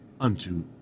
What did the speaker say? unto